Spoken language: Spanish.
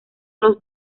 los